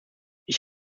ich